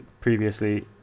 previously